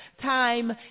time